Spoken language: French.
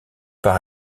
par